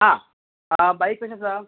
हां बाई कशे आसा